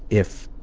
if